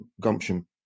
gumption